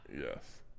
Yes